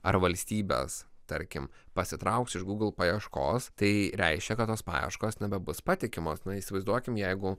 ar valstybės tarkim pasitrauks iš gūgl paieškos tai reiškia kad tos paieškos nebebus patikimos na įsivaizduokim jeigu